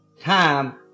time